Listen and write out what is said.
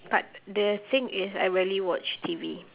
but the thing is I rarely watch T_V